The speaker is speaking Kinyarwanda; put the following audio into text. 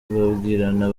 babwirana